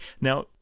Now